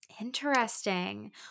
Interesting